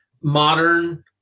modern